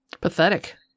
Pathetic